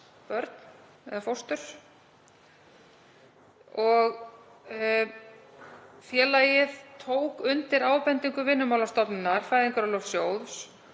börn eða fóstur. Félagið tók undir ábendingu Vinnumálastofnunar – Fæðingarorlofssjóðs